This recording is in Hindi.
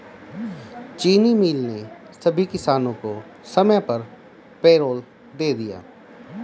चीनी मिल ने सभी किसानों को समय पर पैरोल दे दिया